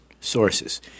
sources